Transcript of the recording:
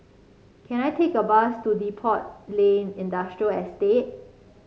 can I take a bus to Depot Lane Industrial Estate